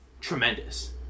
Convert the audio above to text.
Tremendous